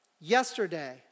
yesterday